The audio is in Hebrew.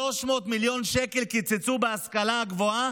300 מיליון שקל קיצצו בהשכלה הגבוהה,